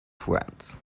friends